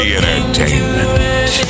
Entertainment